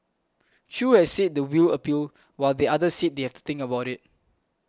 Chew has said the will appeal while the other said they have to think about it